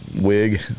wig